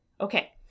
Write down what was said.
Okay